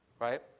right